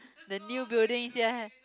the new building still have